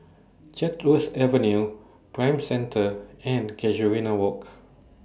Chatsworth Avenue Prime Centre and Casuarina Walk